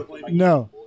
No